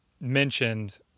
mentioned